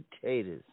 potatoes